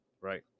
right